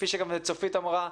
כפי שגם צופית אמרה,